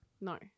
No